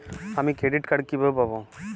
আমি credit card কিভাবে পাবো?